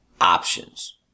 options